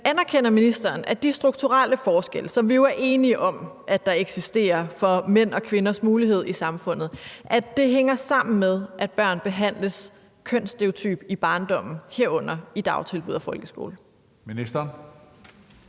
anerkender ministeren, at de strukturelle forskelle, som vi jo er enige om eksisterer for mænds og kvinders muligheder i samfundet, hænger sammen med, at børn behandles kønsstereotypt i barndommen, herunder i dagtilbud og folkeskolen? Kl.